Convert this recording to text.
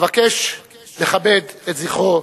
אבקש לכבד את זכרו